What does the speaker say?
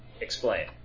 Explain